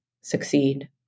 succeed